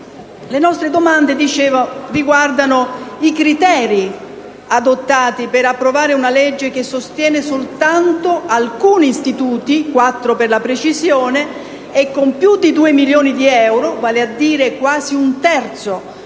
in questa sede - riguardano i criteri adottati per approvare una legge che sostiene soltanto alcuni istituti (quattro per la precisione) con più di due milioni di euro, vale a dire quasi un terzo